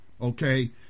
okay